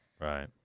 Right